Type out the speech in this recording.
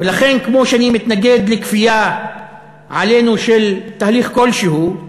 ולכן כמו שאני מתנגד לכפייה עלינו של תהליך כלשהו,